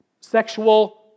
sexual